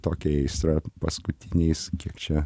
tokią aistrą paskutiniais kiek čia